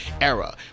era